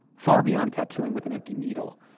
far beyond tattooing with an empty needle,